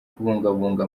kubungabunga